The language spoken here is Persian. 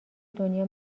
دنیا